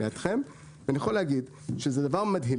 אני יכול להגיד שזה דבר מדהים.